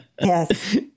Yes